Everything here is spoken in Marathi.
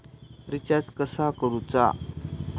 रिचार्ज कसा करूचा?